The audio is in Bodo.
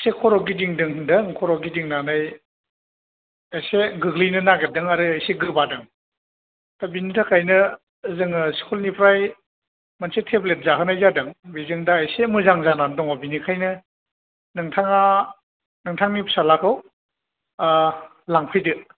एसे खर' गिदिंदों होन्दों खर' गिदिंनानै एसे गोग्लैनो नागिरदों आरो एसे गोबादों दा बेनि थाखायनो जोङो स्खुलनिफ्राय मोनसे टेब्लेट जाहोनाय जादों बेजों दा एसे मोजां जानानै दङ बेनिखायनो नोंथाङा नोंथांनि फिसाज्लाखौ लांफैदो